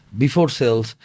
before-sales